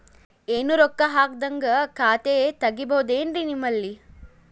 ಏನು ರೊಕ್ಕ ಹಾಕದ್ಹಂಗ ಖಾತೆ ತೆಗೇಬಹುದೇನ್ರಿ ನಿಮ್ಮಲ್ಲಿ?